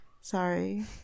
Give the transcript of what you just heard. Sorry